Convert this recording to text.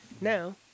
Now